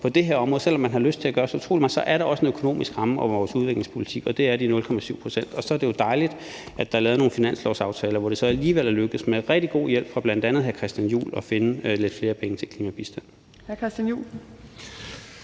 altså, at selv om man har lyst til at gøre så utrolig meget, så er der også på det her område en økonomisk ramme, og det er de 0,7 pct. Og så er det jo dejligt, at der er lavet nogle finanslovsaftaler, hvor det alligevel er lykkedes – med rigtig god hjælp fra bl.a. hr. Christian Juhl – at finde lidt flere penge til klimabistand.